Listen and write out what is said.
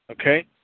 Okay